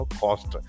cost